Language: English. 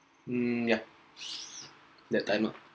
mm yeah that time ah